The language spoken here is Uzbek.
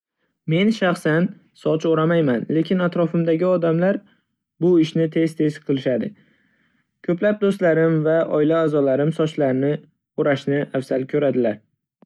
Men shaxsan soch o'ramayman, lekin atrofimdagi odamlar bu ishni tez-tez qilishadi. Ko'plab do'stlarim va oila a'zolarim sochlarini o'rashni afzal ko'radilar.